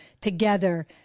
together